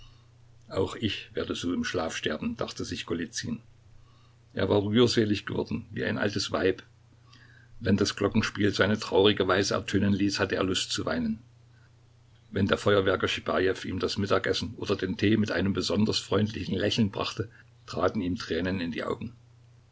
auch ich werde so im schlaf sterben dachte sich golizyn er war rührselig geworden wie ein altes weib wenn das glockenspiel seine traurige weise ertönen ließ hatte er lust zu weinen wenn der feuerwerker schibajew ihm das mittagessen oder den tee mit einem besonders freundlichen lächeln brachte traten ihm tränen in die augen